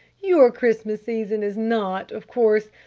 your christmas season is not, of course,